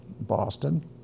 Boston